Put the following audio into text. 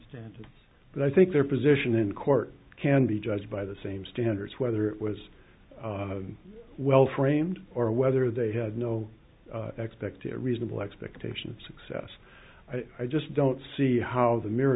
standard but i think their position in court can be judged by the same standards whether it was well framed or whether they had no expected reasonable expectation of success i just don't see how the mere